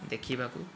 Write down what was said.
ଦେଖିବାକୁ